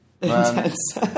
intense